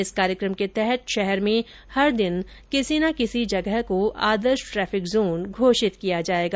इस कार्यक्रम के तहत शहर में हर दिन किसी ना किसी जगह को आदर्श ट्रेफिक जोन घोषित किया जाएगा